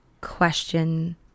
question